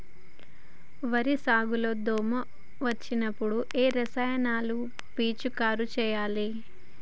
వరి సాగు లో దోమ వచ్చినప్పుడు ఏ రసాయనాలు పిచికారీ చేయాలి?